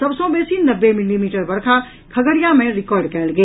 सभ सॅ बेसी नब्बे मिलीमीटर वर्षा खगड़िया मे रिकार्ड कयल गेल